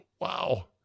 Wow